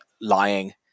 lying